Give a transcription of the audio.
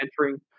entering